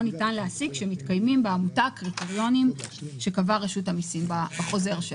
ניתן להסיק שקיימים בעמותה קריטריונים שקבעה רשות המיסים בחוזר שלה.